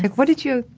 what did you,